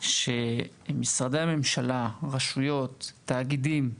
שמשרדי הממשלה, רשויות, תאגידים,